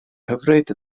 hyfryd